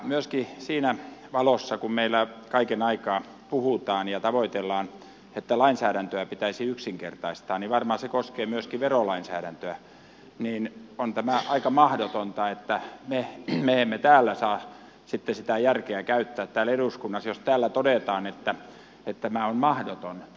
myöskin siinä valossa kun meillä kaiken aikaa puhutaan ja tavoitellaan että lainsäädäntöä pitäisi yksinkertaistaa ja varmaan se koskee myöskin verolainsäädäntöä niin on tämä aika mahdotonta että me emme saa sitten sitä järkeä käyttää täällä eduskunnassa jos täällä todetaan että tämä on mahdoton